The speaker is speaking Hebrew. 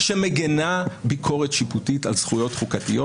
מדינה שמגינה, ביקורת שיפוטית על זכויות חוקתיות.